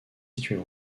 situées